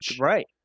Right